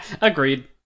Agreed